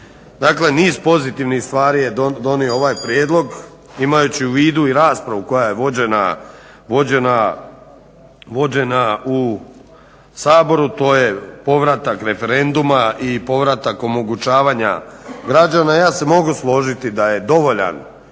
Dakle niz pozitivnih stvari je donio ovaj prijedlog imajući u vidu i raspravu koja je vođena u Saboru to je povratak referenduma i povratak omogućavanja građana. Ja se mogu složiti da je dovoljan